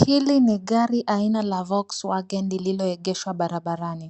Hili ni gari aina la Volkswagen lililoegeshwa barabarani.